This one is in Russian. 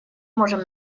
можем